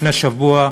לפני שבוע,